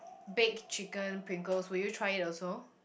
baked chicken Pringles will you try it also